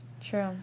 True